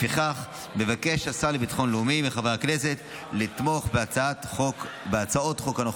לפיכך מבקש השר לביטחון לאומי מחברי הכנסת לתמוך בהצעות החוק.